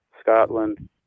Scotland